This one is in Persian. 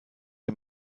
این